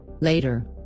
Later